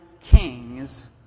kings